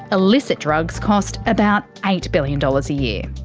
illicit drugs cost about eight billion dollars a year.